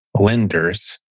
lenders